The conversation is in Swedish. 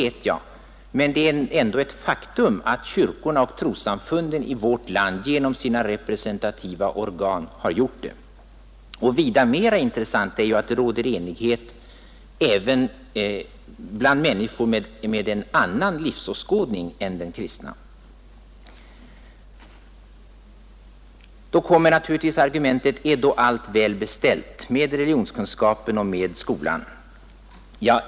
Nej, det vet jag, men det är ändå ett faktum att kyrkorna och trossamfunden i vårt land genom sina representativa organ har gjort det. Och vida mera intressant är att det råder enighet om systemet även bland människor med en annan livsåskådning än den kristna. Då kommer naturligtvis frågan, om allt är väl beställt med religionskunskapen och med skolan.